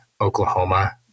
Oklahoma